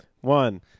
One